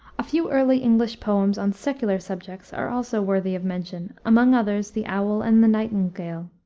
a few early english poems on secular subjects are also worthy of mention, among others, the owl and the nightingale,